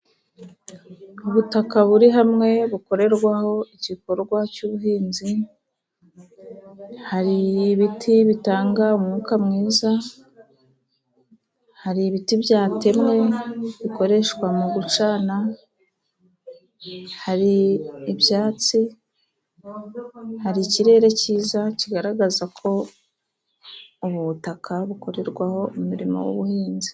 Ubutaka buri hamwe, bukorerwaho igikorwa cy'ubuhinzi, hari ibiti bitanga umwuka mwiza, hari ibiti byatemwe bikoreshwa mu gucana, hari ibyatsi, hari ikirere cyiza kigaragaza ko ubu butaka bukorerwaho umurimo w'ubuhinzi.